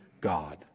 God